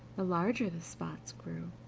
the larger the spots grew.